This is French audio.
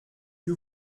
que